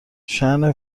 شأن